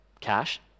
cash